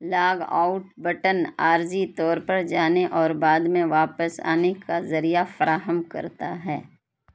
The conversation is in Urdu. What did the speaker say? لاگ آؤٹ بٹن عارضی طور پر جانے اور بعد میں واپس آنے کا ذریعہ فراہم کرتا ہے